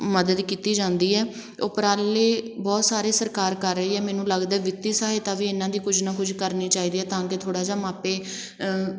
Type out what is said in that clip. ਮਦਦ ਕੀਤੀ ਜਾਂਦੀ ਹੈ ਉਪਰਾਲੇ ਬਹੁਤ ਸਾਰੇ ਸਰਕਾਰ ਕਰ ਰਹੀ ਹੈ ਮੈਨੂੰ ਲੱਗਦਾ ਵਿੱਤੀ ਸਹਾਇਤਾ ਵੀ ਇਹਨਾਂ ਦੀ ਕੁਝ ਨਾ ਕੁਝ ਕਰਨੀ ਚਾਹੀਦੀ ਹੈ ਤਾਂ ਕਿ ਥੋੜ੍ਹਾ ਜਿਹਾ ਮਾਪੇ